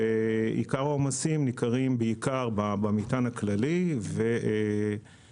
ועיקר העומסים ניכרים בעיקר במטען הכללי ואלו